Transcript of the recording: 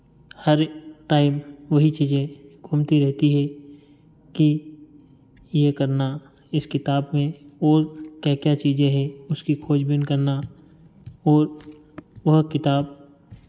हर time वही चीज़ें घूमती रहती है कि ये करना इस किताब में और क्या क्या चीज़ें है उसकी खोजबीन करना और वह किताब